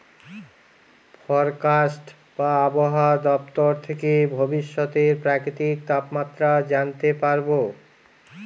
forecast বা আবহাওয়া দপ্তর থেকে ভবিষ্যতের প্রাকৃতিক তাপমাত্রা জানতে পারবো